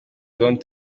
don’t